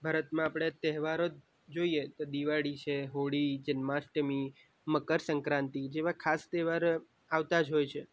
ભારતમાં આપણે તહેવારો જ જોઈએ તો દિવાળી છે હોળી જન્માષ્ટમી મકર સંક્રાંતિ જેવા ખાસ તહેવાર આવતા જ હોય છે